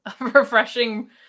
refreshing